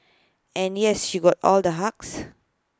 and yes she got all the hugs